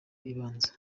ibanza